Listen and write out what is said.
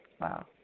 Wow